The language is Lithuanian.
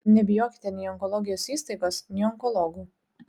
nebijokite nei onkologijos įstaigos nei onkologų